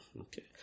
Okay